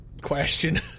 question